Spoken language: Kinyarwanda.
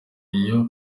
iyo